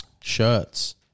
shirts